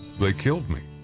they killed me.